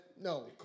no